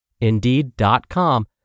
Indeed.com